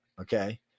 Okay